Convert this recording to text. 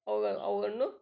ಅವುಗಾ ಅವ್ಗಳನ್ನು